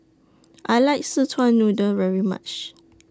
I like Szechuan Noodle very much